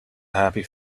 happy